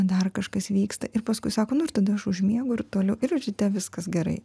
dar kažkas vyksta ir paskui sako nu ir tada aš užmiegu ir toliau ir ryte viskas gerai